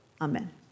Amen